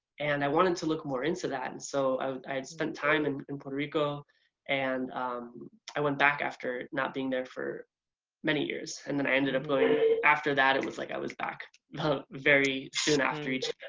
and i wanted to look more into that. and so ah i had spent time and in puerto rico and i went back after not being there for many years, and then i ended up going after that it was like i was back very soon after each.